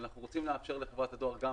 אנחנו רוצים לאפשר לחברת הדואר גם